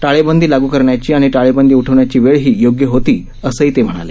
टाळेबंदी लागू करण्याची आणि टाळेबंदी उठवण्याची वेळही योग्यच होती असंही ते म्हणाले